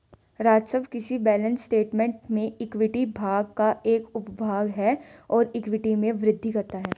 राजस्व किसी balance statement में इक्विटी भाग का एक उपभाग है और इक्विटी में वृद्धि करता है